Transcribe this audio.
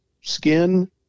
skin